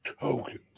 tokens